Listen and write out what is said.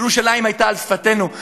ירושלים הייתה על שפתנו.